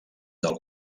del